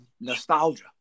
nostalgia